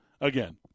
again